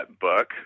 book